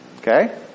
Okay